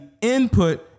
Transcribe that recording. input